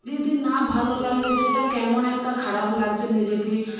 যদি না ভালো লাগে সেটা কেমন একটা খারাপ লাগছে নিজেকে